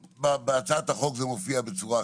בהצעת החוק זה מופיע בצורה אחרת,